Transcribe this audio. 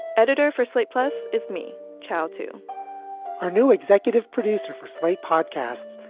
editor for slate plus is me child to our new executive producer for slate podcasts.